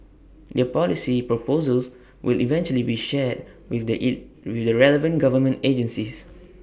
their policy proposals will eventually be shared with the with the relevant government agencies